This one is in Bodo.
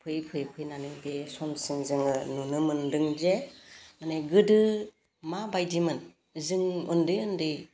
फैयै फैयै फैनानै बे समसिम जोङो नुनो मोनदोंजे माने गोदो माबायदिमोन जों उन्दै उन्दै